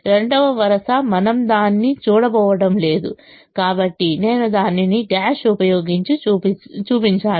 రెండవ వరుస మనము దానిని చూడబోవడం లేదు కాబట్టి నేను దానిని డాష్ ఉపయోగించి చూపించాను